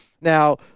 Now